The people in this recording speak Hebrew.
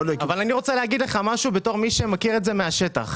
אבל אני רוצה להגיד לך משהו בתור מי שמכיר את זה מהשטח.